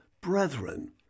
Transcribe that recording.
Brethren